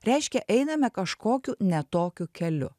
reiškia einame kažkokiu ne tokiu keliu